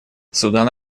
судан